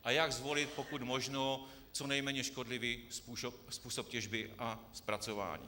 A jak zvolit pokud možno co nejméně škodlivý způsob těžby a zpracování?